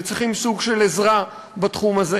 וצריכים סוג של עזרה בתחום הזה.